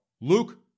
Luke